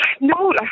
No